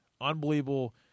unbelievable